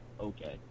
okay